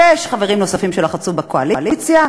ויש חברים נוספים שלחצו בקואליציה,